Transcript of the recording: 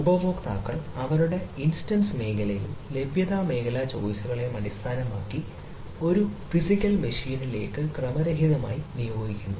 ഉപയോക്താക്കൾ അവരുടെ ഇൻസ്റ്റൻസ് മേഖലയെയും ലഭ്യത മേഖല ചോയിസുകളെയും അടിസ്ഥാനമാക്കി ഒരു ഫിസിക്കൽ മെഷീനിലേക്ക് ക്രമരഹിതമായി നിയോഗിക്കുന്നു